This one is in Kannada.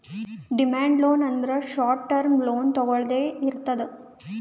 ಡಿಮ್ಯಾಂಡ್ ಲೋನ್ ಅಂದ್ರ ಶಾರ್ಟ್ ಟರ್ಮ್ ಲೋನ್ ತೊಗೊಳ್ದೆ ಇರ್ತದ್